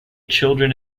children